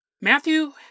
Matthew